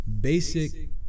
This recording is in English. basic